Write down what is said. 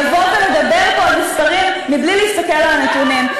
לבוא ולדבר פה על מספרים מבלי להסתכל על הנתונים?